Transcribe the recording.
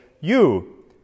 You